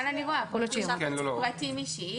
אני מסתכלת כאן ואני רואה שיש פרטים אישיים,